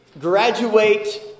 graduate